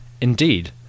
Indeed